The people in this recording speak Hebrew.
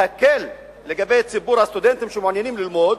להקל לגבי ציבור הסטודנטים שמעוניינים ללמוד.